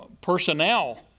personnel